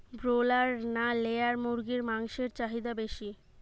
Broiler না layer মুরগির মাংসর চাহিদা বেশি?